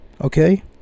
okay